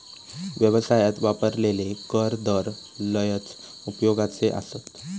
व्यवसायात वापरलेले कर दर लयच उपयोगाचे आसत